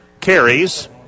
carries